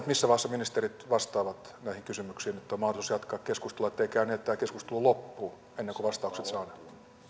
missä vaiheessa ministerit vastaavat näihin kysymyksiin että on mahdollisuus jatkaa keskustelua ettei käy niin että tämä keskustelu loppuu ennen kuin vastaukset saadaan